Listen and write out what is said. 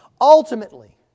Ultimately